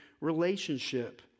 relationship